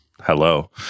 Hello